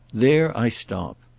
there i stop.